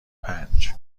پنج